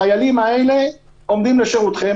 החיילים האלה עומדים לשירותכם.